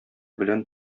белән